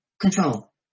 Control